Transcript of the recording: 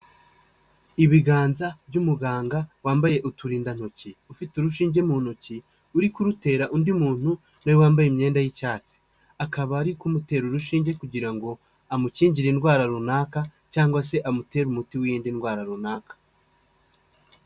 Ibiganza by'umuganga wambaye uturindantoki, ufite urushinge mu ntoki, uri kurutera undi muntu na we wambaye imyenda y'icyatsi, akaba ari kumutera urushinge kugira ngo amukingire indwara runaka cyangwa se amutera umuti w'indi ndwara runaka.